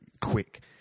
quick